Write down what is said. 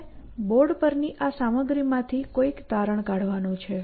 તમારે બોર્ડ પરની આ સામગ્રીમાંથી કોઈક તારણ કાઢવાનું છે